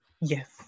Yes